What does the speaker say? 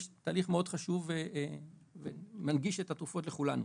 יש תהליך מאוד חשוב שמנגיש את התרופות לכולם,